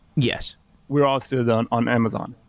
yes we're hosted on on amazon.